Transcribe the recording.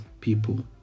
people